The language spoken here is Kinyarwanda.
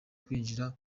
kwinjira